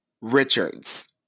Richards